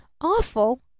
Awful